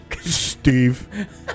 Steve